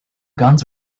guns